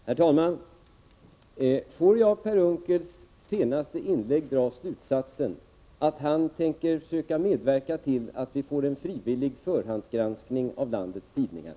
Herr talman! Får jag av Per Unckels senaste inlägg dra slutsatsen att han tänker söka medverka till att vi får en frivillig förhandsgranskning av landets tidningar?